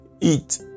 eat